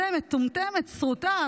זו מטומטמת, סרוטה.